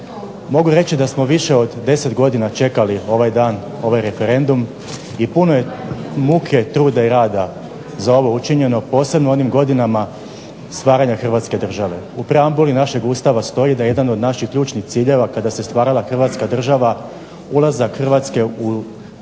Mogu reći da smo više od 10 godina čekali ovaj dan, ovaj referendum i puno je muke, truda i rada za ovo učinjeno posebno u onim godinama stvaranja Hrvatske države. U preambuli našeg Ustava stoji da je jedan od naših ključnih ciljeva kada se stvarala Hrvatska država ulazak Hrvatske u članstvo